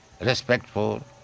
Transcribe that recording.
respectful